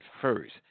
first